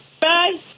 Bye